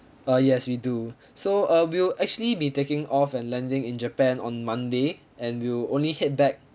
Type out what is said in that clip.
uh yes we do so uh we'll actually be taking off and landing in japan on monday and we'll only hit back